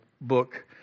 book